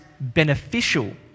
beneficial